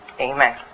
Amen